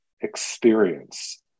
experience